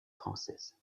française